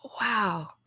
Wow